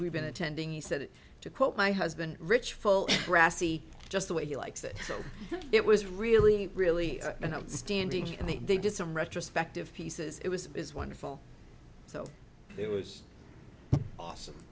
we've been attending he said to quote my husband rich full brassy just the way he likes it so it was really really an outstanding and they did some retrospective pieces it was is wonderful so it was awesome